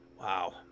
wow